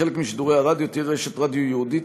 כחלק משידורי הרדיו תהיה רשת רדיו ייעודית